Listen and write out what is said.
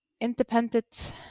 independent